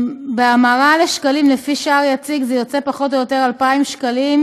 בהמרה לשקלים לפי שער יציג זה יוצא פחות או יותר 2,000 שקלים